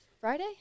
Friday